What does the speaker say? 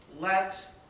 let